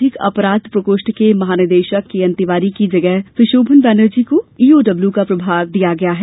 आर्थिक अपराध प्रकोष्ठ के महानिदेशक केएन तिवारी की जगह सुशोभन बैनर्जी को ई ओ डब्लू का प्रभार दिया गया है